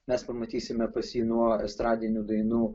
mes pamatysime pas jį nuo estradinių dainų